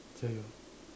tell you